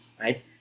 right